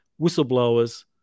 whistleblowers